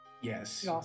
Yes